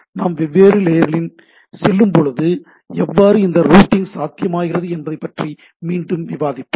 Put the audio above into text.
நாம் வெவ்வேறு லேயர்களில் செல்லும்போது எவ்வாறு இந்த ரூட்டிங் சாத்தியமாகிறது என்பதை பற்றி மீண்டும் விவாதிப்போம்